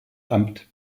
amt